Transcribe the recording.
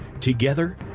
Together